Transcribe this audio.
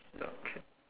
wild cat